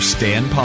Stan